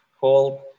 called